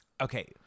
okay